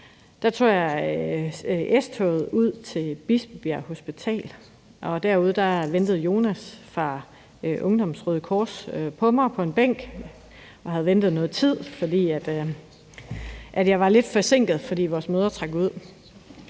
tog jeg S-toget ud til Bispebjerg Hospital. Derude ventede Jonas fra Ungdommens Røde Kors på mig på en bænk, og han havde ventet i noget tid, fordi jeg var lidt forsinket, da vores møder trak ud.